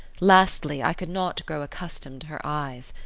lastly, i could not grow accustomed to her eyes.